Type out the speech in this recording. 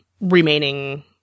remaining